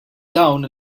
dawn